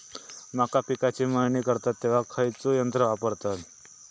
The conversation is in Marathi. मका पिकाची मळणी करतत तेव्हा खैयचो यंत्र वापरतत?